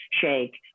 shake